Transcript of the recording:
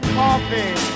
coffee